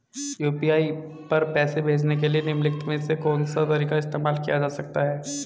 UPI पर पैसे भेजने के लिए निम्नलिखित में से कौन सा तरीका इस्तेमाल किया जा सकता है?